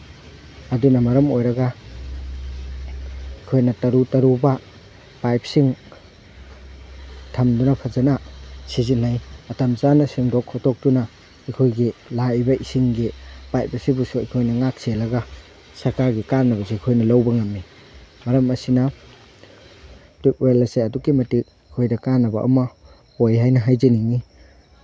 ꯑꯗꯨꯅ ꯃꯔꯝ ꯑꯣꯏꯔꯒ ꯑꯩꯈꯣꯏꯅ ꯇꯔꯨ ꯇꯔꯨꯕ ꯄꯥꯏꯞꯁꯤꯡ ꯊꯝꯗꯨꯅ ꯐꯖꯅ ꯁꯤꯖꯤꯟꯅꯩ ꯃꯇꯝ ꯆꯥꯅ ꯁꯦꯡꯗꯣꯛ ꯈꯣꯠꯇꯣꯛꯇꯨꯅ ꯑꯩꯈꯣꯏꯒꯤ ꯂꯥꯛꯏꯕ ꯏꯁꯤꯡꯒꯤ ꯄꯥꯏꯞ ꯑꯁꯤꯕꯨꯁꯨ ꯑꯩꯈꯣꯏꯅ ꯉꯥꯛ ꯁꯦꯜꯂꯒ ꯁꯔꯀꯥꯔꯒꯤ ꯀꯥꯟꯅꯕꯁꯨ ꯑꯩꯈꯣꯏꯅ ꯂꯧꯕ ꯉꯝꯃꯤ ꯃꯔꯝ ꯑꯁꯤꯅ ꯇ꯭ꯌꯨꯕ ꯋꯦꯜ ꯑꯁꯦ ꯑꯗꯨꯛꯀꯤ ꯃꯇꯤꯛ ꯑꯩꯈꯣꯏꯗ ꯀꯥꯅꯕ ꯑꯃ ꯑꯣꯏ ꯍꯥꯏꯅ ꯍꯥꯏꯖꯅꯤꯡꯉꯤ